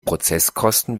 prozesskosten